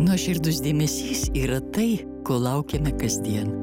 nuoširdus dėmesys yra tai ko laukiame kasdien